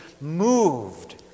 moved